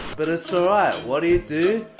but it's alright, what do you do.